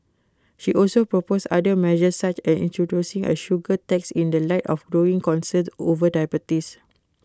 she also proposed other measures such as introducing A sugar tax in the light of growing concerns over diabetes